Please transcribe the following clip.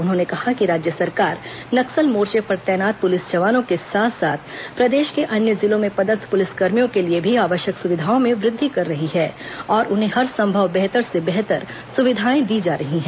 उन्होंने कहा राज्य सरकार नक्सल मोर्चे पर तैनात पुलिस जवानों के साथ साथ प्रदेश के अन्य जिलों में पदस्थ पुलिस कर्मियों के लिए भी आवश्यक सुविधाओं में वृद्वि कर रही है और उन्हें हर संभव बेहतर से बेहतर सुविधाएं दी जा रही हैं